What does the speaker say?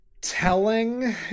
telling